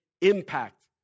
impact